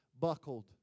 buckled